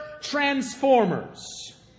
transformers